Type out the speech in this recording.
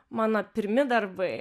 mano pirmi darbai